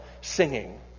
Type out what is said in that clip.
singing